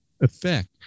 effect